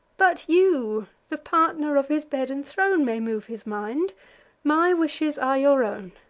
but you, the partner of his bed and throne, may move his mind my wishes are your own.